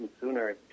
sooner